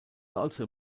also